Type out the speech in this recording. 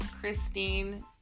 Christine